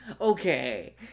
Okay